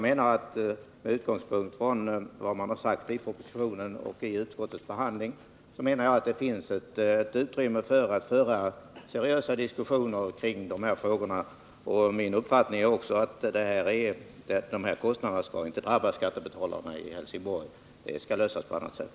Med utgångspunkt i vad som sagts i propositionen och vid utskottsbehandlingen av frågan finns det utrymme för att föra seriösa diskussioner kring dessa frågor. Min uppfattning är också att dessa kostnader inte skall drabba skattebetalarna i Helsingborg. Finansieringsfrågan skall lösas på annat sätt.